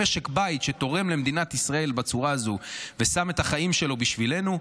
במשק בית שתורם למדינת ישראל בצורה הזו וש‎ם את החיים שלו בשבילנו,